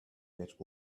get